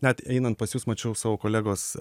net einant pas jus mačiau savo kolegos